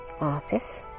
office